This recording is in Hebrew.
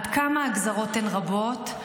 עד כמה הגזָרות הן רבות,